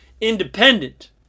independent